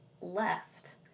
left